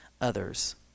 others